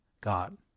God